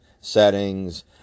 settings